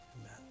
Amen